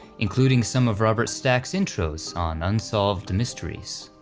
including some of robert stack's intros on unsolved mysteries.